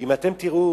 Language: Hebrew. אם אתם תראו